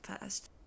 first